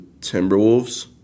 Timberwolves